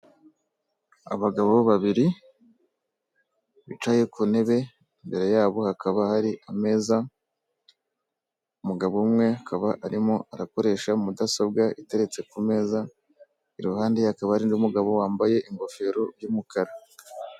Abagabo babiri bicaye ku ntebe, imbere yabo hakaba hari ameza, umugabo umwe akaba arimo arakoresha mudasobwa iteretse ku meza, iruhande hakaba hari undi mugabo wambaye ingofero y'umukara.